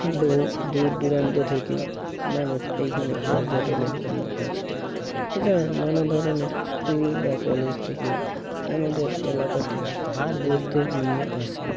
দো দূর দূরান্ত থেকে মানুষ এইখানে পর্যটনের জন্য আসে এছাড়া নানা ধরনের স্কুল বা কলেজ থেকেও আমাদের এলাকাতে ঘুরতে নিয়ে আসে